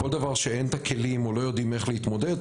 כל דבר שאין בשבילו את הכלים או שלא יודעים להתמודד איתו,